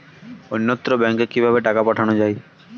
অন্যত্র ব্যংকে কিভাবে টাকা পাঠানো য়ায়?